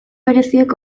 bereziek